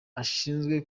ashinzwe